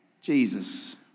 Jesus